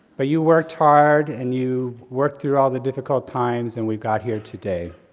but you worked hard, and you worked through ah the difficult times, and we got here today.